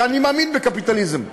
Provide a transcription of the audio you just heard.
כי אני מאמין בקפיטליזם נאור,